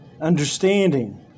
understanding